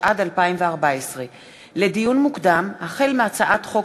התשע"ד 2014. לדיון מוקדם: החל בהצעת חוק